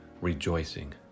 rejoicing